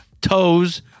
toes